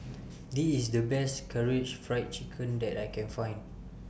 This IS The Best Karaage Fried Chicken that I Can Find